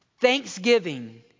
Thanksgiving